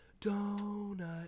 donut